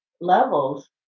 levels